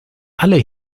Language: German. alle